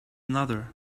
another